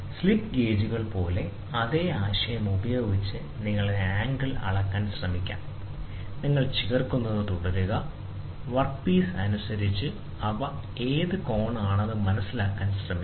slip ഗേജുകൾ പോലുള്ള അതേ ആശയം ഉപയോഗിച്ച് നിങ്ങൾക്ക് ആംഗിൾ അളക്കാൻ ശ്രമിക്കാം നിങ്ങൾ ചേർക്കുന്നത് തുടരുക തുടർന്ന് വർക്ക് പീസ് അനുസരിച്ച് അവ ഏത് കോണാണെന്ന് മനസിലാക്കാൻ ശ്രമിക്കുക